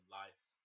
life